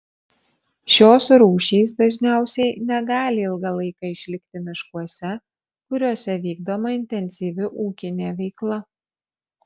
šios rūšys dažniausiai negali ilgą laiką išlikti miškuose kuriuose vykdoma intensyvi ūkinė veikla